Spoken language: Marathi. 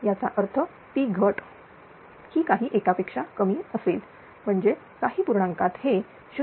त्याचा अर्थ P घट ही काही एकापेक्षा कमी असेल म्हणजे काही पूर्णांकात हे 0